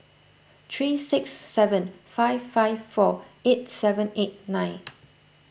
three six seven five five four eight seven eight nine